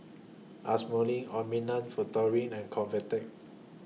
Futuro and Convatec